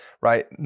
right